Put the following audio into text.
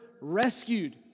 rescued